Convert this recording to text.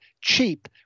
cheap